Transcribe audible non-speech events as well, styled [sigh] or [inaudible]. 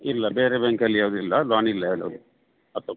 ಇಲ್ಲ ಬೇರೆ ಬ್ಯಾಂಕಲ್ಲಿ ಯಾವ್ದು ಇಲ್ಲ ಲೋನ್ ಇಲ್ಲ ಯಾವುದ್ರಲ್ಲು [unintelligible]